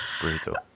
Brutal